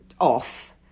off